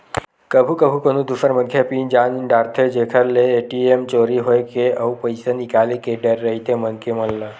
कभू कभू कोनो दूसर मनखे ह पिन जान डारथे जेखर ले ए.टी.एम चोरी होए के अउ पइसा निकाले के डर रहिथे मनखे मन ल